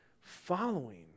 following